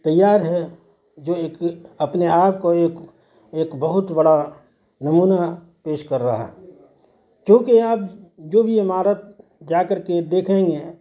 تیار ہے جو ایک اپنے آپ کو ایک ایک بہت بڑا نمونہ پیش کر رہا ہے چونکہ اب جو بھی عمارت جا کر کے دیکھیں گے